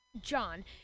John